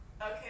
Okay